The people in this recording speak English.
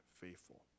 faithful